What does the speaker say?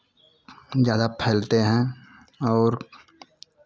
ज़्यादा फैलते हैं और